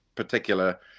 particular